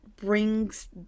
brings